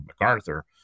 MacArthur